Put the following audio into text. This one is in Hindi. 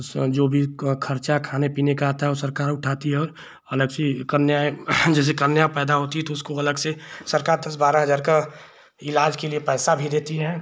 उस जो भी खर्चा खाने पीने का आता है वह सरकार उठती है और अलग से कन्याएँ जैसे कन्या पैदा होती है तो उसको अलग से सरकार दस बारह हज़ार का इलाज़ के लिए पैसा भी देती है